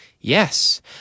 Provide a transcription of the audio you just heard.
Yes